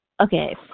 Okay